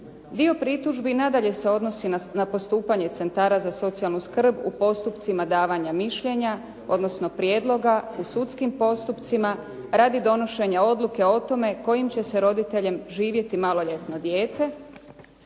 Dio pritužbi nadalje se odnosi na postupanje centara za socijalnu skrb u postupcima davanja mišljenja, odnosno prijedloga u sudskim postupcima radi donošenja odluke s kojim će roditeljem živjeti maloljetno dijete,